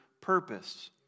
purpose